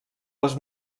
les